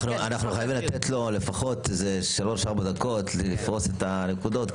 אנחנו חייבים לתת לו לפחות איזה שלוש-ארבע דקות לפרוס את הנקודות.